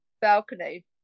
balcony